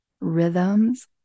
rhythms